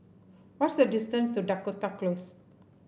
what is the distance to Dakota Close